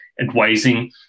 advising